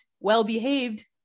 well-behaved